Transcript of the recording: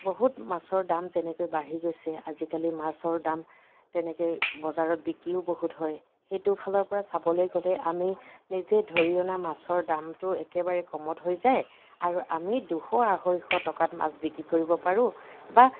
বহুত মাছৰ দাম যেনেকৈ বাঢ়ি গৈছে আজিকালি মাছৰ দাম তেনেকৈ বজাৰত বিকিও বহুত হয় সেইটো ফালৰ পৰা চাবলৈ গ'লে আমি নিজে ধৰি অনা মাছৰ দামটো একেবাৰে কমত হৈ যায় আৰু আমি দুশ আঢ়ৈশ টকাত মাছ বিক্ৰী কৰিব পাৰোঁ বা